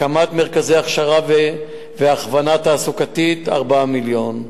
הקמת מרכזי הכשרה והכוונה תעסוקתית, 4 מיליון.